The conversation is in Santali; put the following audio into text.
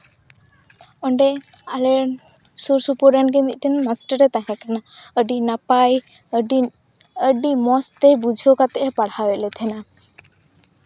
ᱚᱸᱰᱮ ᱟᱞᱮ ᱥᱩᱨ ᱥᱩᱯᱩᱨ ᱨᱮᱱᱜᱮ ᱢᱤᱫᱴᱟᱱ ᱢᱟᱥᱴᱟᱨᱮ ᱛᱟᱦᱮᱸᱠᱟᱱᱟ ᱟᱹᱰᱤ ᱱᱟᱯᱟᱭ ᱟᱹᱰᱤ ᱟᱹᱰᱤ ᱢᱚᱡᱽᱛᱮ ᱵᱩᱡᱷᱟᱹᱣ ᱠᱟᱛᱮ ᱮ ᱯᱟᱲᱦᱟᱣᱮᱫ ᱞᱮ ᱛᱟᱦᱮᱸᱱᱟ